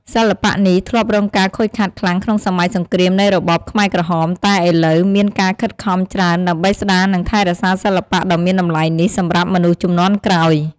សិល្បៈនេះធ្លាប់រងការខូចខាតខ្លាំងក្នុងសម័យសង្គ្រាមនៃរបបខ្មែរក្រហម តែឥឡូវ មានការខិតខំច្រើនដើម្បីស្ដារនិងថែរក្សាសិល្បៈដ៏មានតម្លៃនេះ សម្រាប់មនុស្សជំនាន់ក្រោយ។